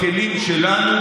בכלים שלנו,